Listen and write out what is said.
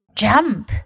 jump